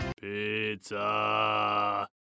Pizza